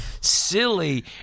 silly